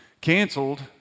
canceled